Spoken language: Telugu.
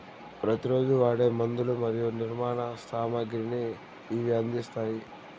ప్రతి రోజు వాడే మందులు మరియు నిర్మాణ సామాగ్రిని ఇవి అందిస్తాయి